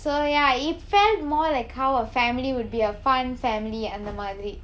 so ya it's more like how a family will be a fun family அந்த மாதிரி:antha maathiri